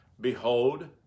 behold